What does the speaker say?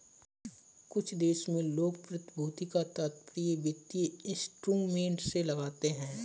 कुछ देशों में लोग प्रतिभूति का तात्पर्य वित्तीय इंस्ट्रूमेंट से लगाते हैं